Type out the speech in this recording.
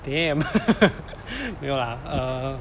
damn 没有啦 err